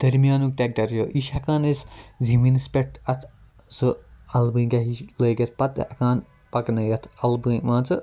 دَرمِیانُک tractor چھُ یہِ چھ ہیٚکان أسۍ زٔمیٖنَس پیٹھ اتھ سُہ اَلہٕ بٲنٛگیا ہِش لٲگِتھ پَتہٕ ہیٚکان پَکنٲیِتھ اَلہٕ بٲنٛگۍ مان ژٕ